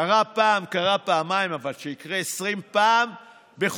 קרה פעם, קרה פעמיים, אבל שיקרה 20 פעם בחודשיים?